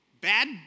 bad